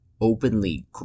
openly